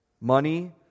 Money